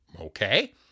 Okay